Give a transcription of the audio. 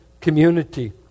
community